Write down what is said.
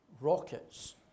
rockets